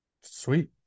Sweet